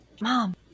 mom